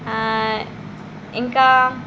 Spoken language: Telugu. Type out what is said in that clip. ఇంకా